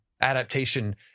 adaptation